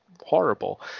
horrible